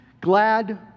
glad